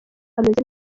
ameze